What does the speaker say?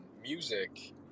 music